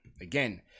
again